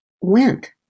went